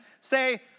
say